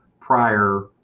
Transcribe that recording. prior